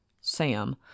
SAM